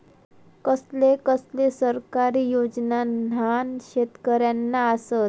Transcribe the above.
कसले कसले सरकारी योजना न्हान शेतकऱ्यांना आसत?